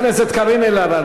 חברת הכנסת קארין אלהרר,